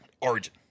Origin